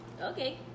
Okay